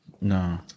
No